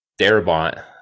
Darabont